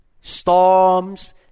storms